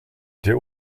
der